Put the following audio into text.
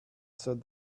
said